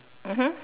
mmhmm